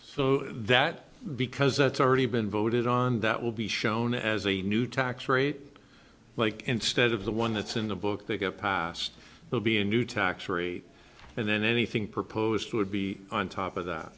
so that because that's already been voted on that will be shown as a new tax rate like instead of the one that's in the book they get passed will be a new tax rate and then anything proposed would be on top of that